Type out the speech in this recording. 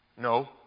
No